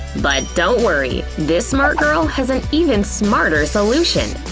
but don't worry, this smart girl has an even smarter solution.